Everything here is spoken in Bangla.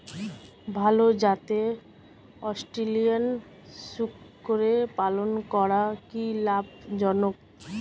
ভাল জাতের অস্ট্রেলিয়ান শূকরের পালন করা কী লাভ জনক?